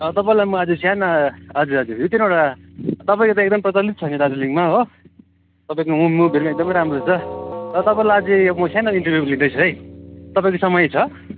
तपाईँलाई म आज सानो हजुर हजुर दुई तिनओटा तपाईँको त एकदम प्रचलित छ हैन दार्जिलिङमा हो तपाईँको मु मुभीहरू पनि एकदमै राम्रो हुन्छ र तपाईँलाई आज यो म सानो इन्टरभ्यु लिँदैछु है तपाईँको समय छ